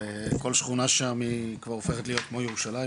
כל שכונה שם כבר הופכת להיות כמו ירושלים,